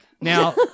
Now